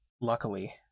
luckily